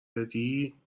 بدی